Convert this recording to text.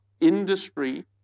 industry